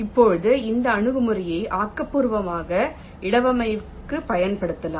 இப்போது இந்த அணுகுமுறையை ஆக்கபூர்வமான இடவமைவுக்கு பயன்படுத்தலாம்